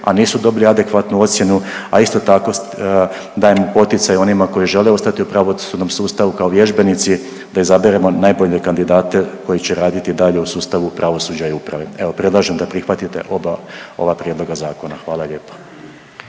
a nisu dobili adekvatnu ocjenu, a isto tako, dajemo poticaj onima koji žele ostati u pravosudnom sustavu kao vježbenici da izaberemo najbolje kandidate koji će raditi dalje u sustavu pravosuđa i uprave. Evo, predlažem da prihvatite oba ova prijedloga zakona. Hvala lijepo.